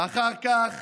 אחר כך